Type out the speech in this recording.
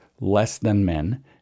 less-than-men